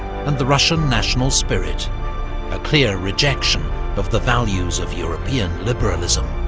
and the russian national spirit a clear rejection of the values of european liberalism.